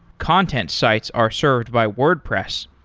content sites are served by wordpress.